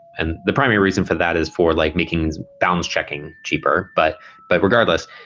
and the primary reason for that is for like making bounds checking cheaper. but but regardless,